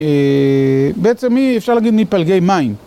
בעצם אפשר להגיד מפלגי מים.